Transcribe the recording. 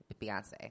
Beyonce